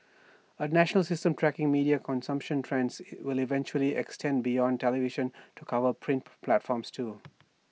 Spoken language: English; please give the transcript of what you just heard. A national system tracking media consumption trends will eventually extend beyond television to cover print platforms too